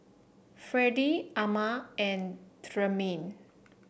Fredie Ama and Tremaine